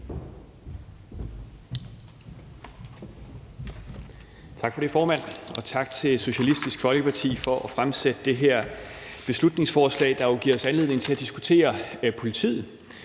Tak for det, formand, og tak til Socialistisk Folkeparti for at fremsætte det her beslutningsforslag, der jo giver os anledning til at diskutere politiet,